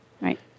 Right